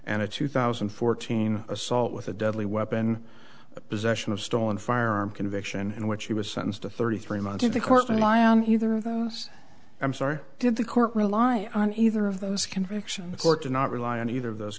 and a two thousand and fourteen assault with a deadly weapon possession of stolen firearm conviction in which he was sentenced to thirty three months in the courtroom i am either of those i'm sorry did the court rely on either of those conviction the court did not rely on either of those